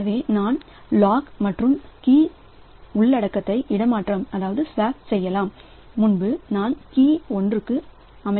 எனவேநான் lock மற்றும் key உள்ளடக்கத்தை இடமாற்றம் செய்யலாம் முன்பு நான் கீ 1 க்கு அமைக்கலாம்